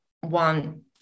one